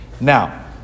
Now